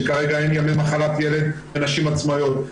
שכרגע אין ימי מחלת ילד לנשים עצמאיות.